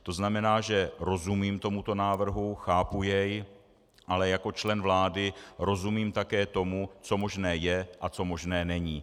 To znamená, rozumím tomuto návrhu, chápu jej, ale jako člen vlády rozumím také tomu, co možné je a co možné není.